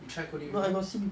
you tried coding before